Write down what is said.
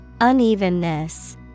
Unevenness